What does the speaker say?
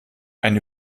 eine